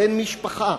בן משפחה.